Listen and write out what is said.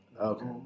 okay